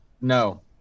no